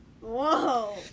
Whoa